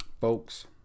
folks